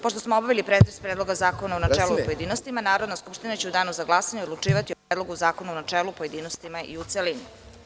Pošto smo obavili pretres Predloga zakona u načeli i pojedinostima, Narodna skupština će u danu za glasanje odlučivati o Predlogu zakona u načelu, pojedinostima i celini.